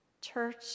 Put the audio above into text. Church